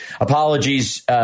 apologies –